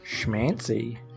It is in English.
Schmancy